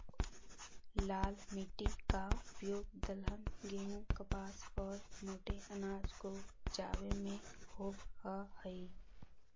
लाल मिट्टी का उपयोग दलहन, गेहूं, कपास और मोटे अनाज को उपजावे में होवअ हई